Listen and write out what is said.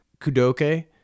Kudoke